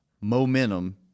momentum